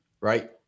right